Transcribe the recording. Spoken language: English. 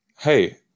Hey